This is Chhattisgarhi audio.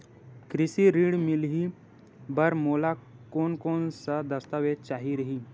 कृषि ऋण मिलही बर मोला कोन कोन स दस्तावेज चाही रही?